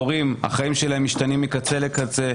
החיים של ההורים משתנים מקצה לקצה,